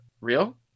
real